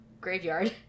graveyard